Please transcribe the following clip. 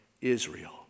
Israel